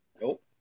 Nope